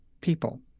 people